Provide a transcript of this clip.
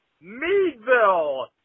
Meadville